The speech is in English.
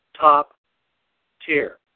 top-tier